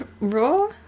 raw